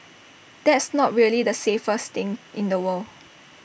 that's not really the safest thing in the world